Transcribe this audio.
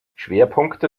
schwerpunkte